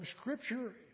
Scripture